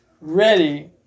ready